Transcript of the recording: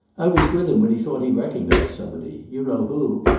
i was with him when he thought he recognized somebody. you know who.